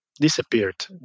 Disappeared